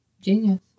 genius